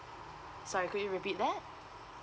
sorry could you repeat that